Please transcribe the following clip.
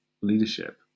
leadership